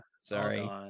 sorry